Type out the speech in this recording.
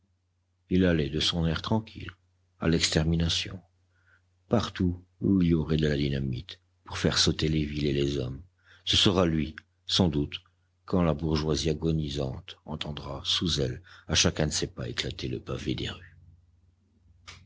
il allait de son air tranquille à l'extermination partout où il y aurait de la dynamite pour faire sauter les villes et les hommes ce sera lui sans doute quand la bourgeoisie agonisante entendra sous elle à chacun de ses pas éclater le pavé des rues